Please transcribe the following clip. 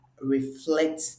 reflect